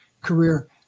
career